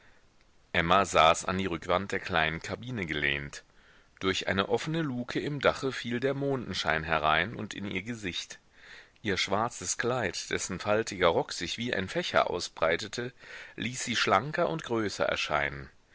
emma saß an die rückwand der kleinen kabine gelehnt durch eine offene luke im dache fiel der mondenschein herein und in ihr gesicht ihr schwarzes kleid dessen faltiger rock sich wie ein fächer ausbreitete ließ sie schlanker und größer erscheinen